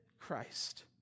Christ